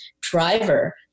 driver